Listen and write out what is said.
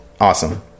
awesome